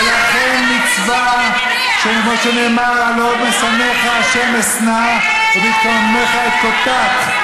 ולכן מצווה שכמו שנאמר: "הלוא משנאיך ה' אשנא ובתקוממיך אתקוטט".